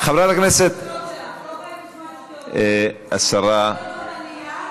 דבר ראשון, תגיד שזה בהתאם,